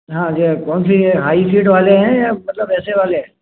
हाँ ये कौन सी है हाई सीड वाले हैं या मतलब ऐसे वाले